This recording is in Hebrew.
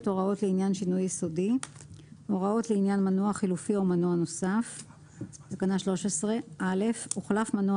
הוראות לעניין מנוע חלופי או מנוע נוסף 13. הוחלף מנוע